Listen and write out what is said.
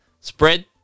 Spread